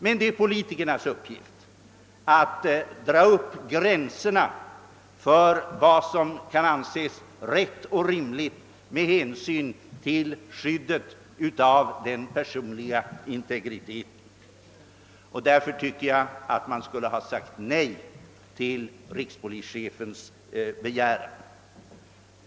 Men det är politikernas uppgift att dra upp gränserna för vad som kan anses vara rätt och rimligt med hänsyn till skyddet av den personliga integriteten. Därför tycker jag, att man skulle ha sagt nej till rikspolischefens begäran.